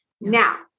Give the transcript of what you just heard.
Now